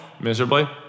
miserably